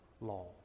law